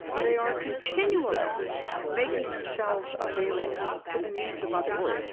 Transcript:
they are continually making themselves available to the needs of others,